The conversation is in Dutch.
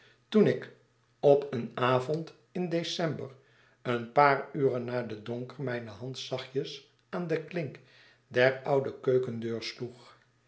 toen ik op een avond in december een paar uren na den donker mijne hand zachtjes aan de klink der oude keukendeur sloeg